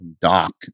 Doc